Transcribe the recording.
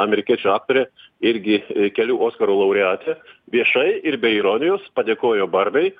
amerikiečių aktorė irgi kelių oskaro laureatė viešai ir be ironijos padėkojo barbei